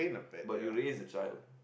but you raise a child